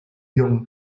guion